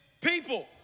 people